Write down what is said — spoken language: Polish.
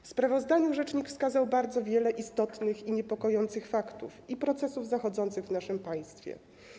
W sprawozdaniu rzecznik wskazał bardzo wiele istotnych i niepojących faktów i procesów zachodzących w naszym państwie.